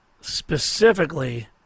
specifically